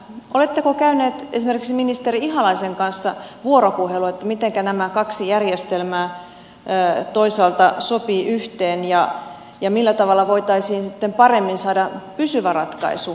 oletteko käynyt esimerkiksi ministeri ihalaisen kanssa vuoropuhelua mitenkä nämä kaksi järjestelmää toisaalta sopivat yhteen ja millä tavalla voitaisiin sitten paremmin saada pysyvä ratkaisu monelle työttömälle